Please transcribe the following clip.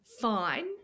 fine